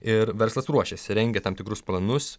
ir verslas ruošiasi rengia tam tikrus planus